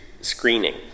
screening